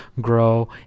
grow